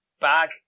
bag